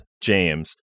James